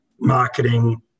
marketing